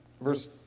verse